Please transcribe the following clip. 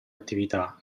attività